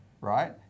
right